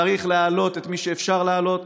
צריך להעלות את מי שאפשר להעלות.